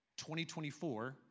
2024